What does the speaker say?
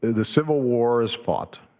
the civil war is fought.